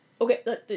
Okay